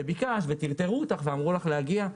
שביקשת וטרטרו אותך ואמרו לך להגיע.